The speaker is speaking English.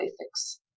ethics